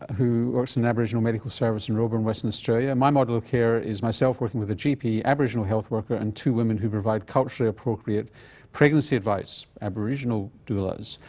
who works in the aboriginal medical service in roebourne, western australia my model of care is myself working with a gp, aboriginal health worker and two women who provide culturally appropriate pregnancy advice aboriginal doulas.